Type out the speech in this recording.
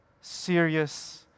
serious